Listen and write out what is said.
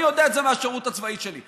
אני יודע את זה מהשירות הצבאי שלי.